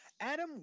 Adam